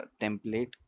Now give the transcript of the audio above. template